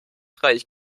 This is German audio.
reich